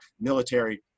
military